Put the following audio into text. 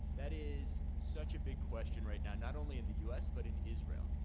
that is such a big question right now, not only in the u s, but in israel.